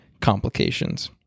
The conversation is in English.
Complications